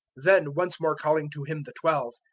then, once more calling to him the twelve,